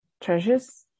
treasures